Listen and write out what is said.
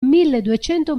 milleduecento